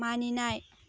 मानिनाय